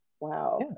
wow